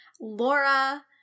Laura